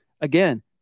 Again